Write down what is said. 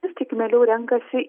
vis tik mieliau renkasi